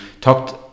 talked